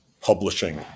publishing